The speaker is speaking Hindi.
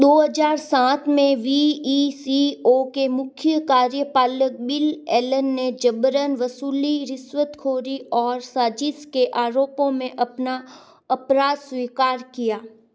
दो हज़ार सात में वी ई सी ओ के मुख्य कार्यपालक बिल एलन ने जबरन वसूली रिश्वतखोरी और साजिश के आरोपों में अपना अपराध स्वीकार किया